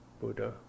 Buddha